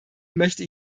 möchte